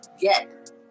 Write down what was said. get